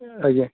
ଆଜ୍ଞା